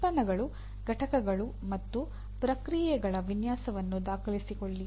ಉತ್ಪನ್ನಗಳು ಘಟಕಗಳು ಮತ್ತು ಪ್ರಕ್ರಿಯೆಗಳ ವಿನ್ಯಾಸವನ್ನು ದಾಖಲಿಸಿಕೊಳ್ಳಿ